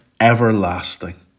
everlasting